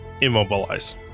immobilize